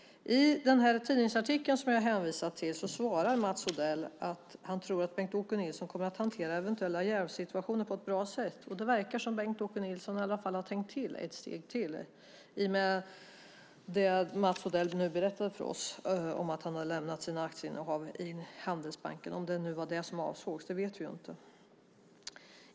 I den tidningsartikel som jag hänvisade till svarade Mats Odell att han tror att Bengt-Åke Nilsson kommer att hantera eventuella jävssituationer på ett bra sätt. Det verkar som om Bengt-Åke Nilsson i alla fall har tänkt ett steg till i och med det som Mats Odell nu berättade för oss om att Bengt-Åke Nilsson har lämnat sina aktieinnehav i Handelsbanken, om det nu var detta som avsågs, det vet vi inte.